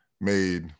made